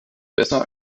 besser